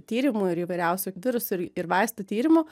tyrimų ir įvairiausių virusų ir vaistų tyrimų